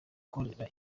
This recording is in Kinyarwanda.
ukorera